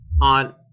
on